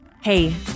Hey